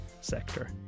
sector